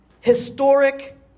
historic